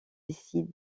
décident